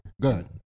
good